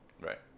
Right